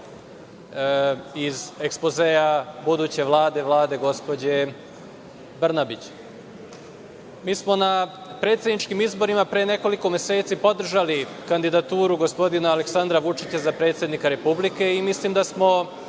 iz ekspozea buduće Vlade, Vlade gospođe Brnabić. Mi smo na predsedničkim izborima pre nekoliko meseci podržali kandidaturu gospodina Aleksandra Vučića za predsednika Republike i mislim da smo